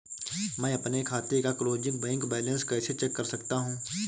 मैं अपने खाते का क्लोजिंग बैंक बैलेंस कैसे चेक कर सकता हूँ?